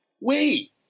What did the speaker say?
Wait